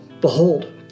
Behold